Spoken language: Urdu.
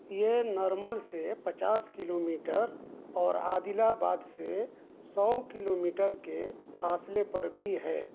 یہ نرمل سے پچاس کلو میٹر اور عادل آباد سے سو کلو میٹر کے فاصلے پر بھی ہے